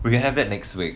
we can have that next week